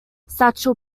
satchel